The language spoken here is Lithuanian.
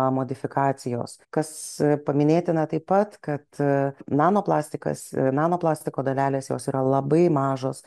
modifikacijos kas paminėtina taip pat kad nano plastikas nano plastiko dalelės jos yra labai mažos